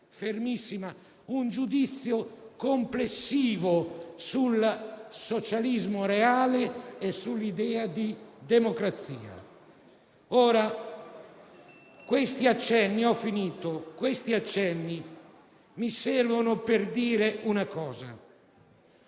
un giudizio complessivo sul socialismo reale e sull'idea di democrazia. Questi accenni mi servono per dire che